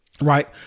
Right